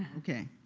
ok.